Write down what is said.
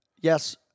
Yes